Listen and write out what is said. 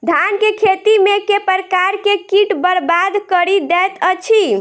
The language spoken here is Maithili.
धान केँ खेती मे केँ प्रकार केँ कीट बरबाद कड़ी दैत अछि?